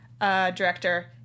director